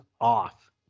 off